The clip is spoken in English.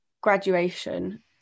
graduation